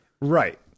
Right